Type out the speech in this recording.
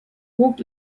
guk